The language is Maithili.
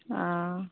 ओ